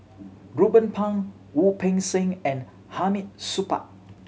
Ruben Pang Wu Peng Seng and Hamid Supaat